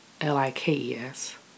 L-I-K-E-S